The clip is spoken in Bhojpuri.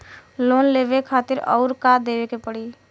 लोन लेवे खातिर अउर का देवे के पड़ी?